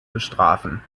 bestrafen